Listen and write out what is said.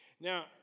Now